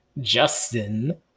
Justin